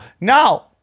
now